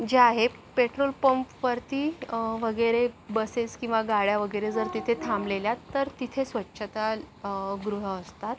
जे आहे पेट्रोल पंपवरती वगैरे बसेस किंवा गाड्या वगैरे जर तिथे थांबलेल्या तर तिथे स्वच्छता गृह असतात